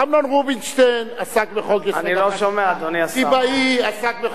הממשלה שאתה היית בה הצביעה בהצעת החוק על